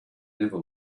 never